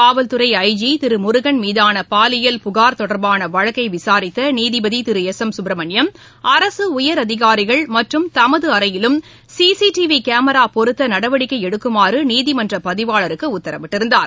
காவல் துறை ஐஜி திரு முருகன் மீதான பாலியல் புகார் தொடர்பான வழக்கை விசாரித்த நீதிபதி திரு எஸ் எம் சுப்ரமணியம் அரசு உயர் அதிகாரிகள் மற்றும் தமது அறையிலும் சிசிடிவி கேமிரா பொருத்த நடவடிக்கை எடுக்குமாறு நீதிமன்ற பதிவாளருக்கு உத்தரவிட்டிருந்தார்